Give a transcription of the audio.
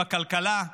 בכלכלה,